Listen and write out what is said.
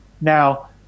Now